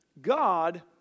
God